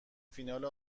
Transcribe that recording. فینال